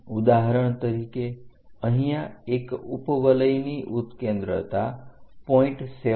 ઉદાહરણ તરીકે અહીંયા એક ઉપવલયની ઉત્કેન્દ્રતા 0